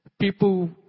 people